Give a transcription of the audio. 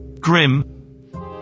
grim